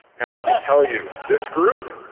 and let me tell you, this group,